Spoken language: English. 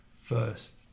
first